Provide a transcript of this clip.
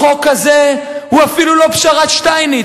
החוק הזה הוא אפילו לא פשרת שטייניץ,